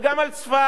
וגם על צפת,